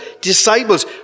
disciples